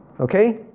Okay